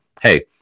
hey